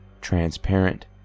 transparent